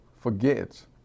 forget